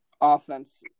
offense –